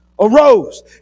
arose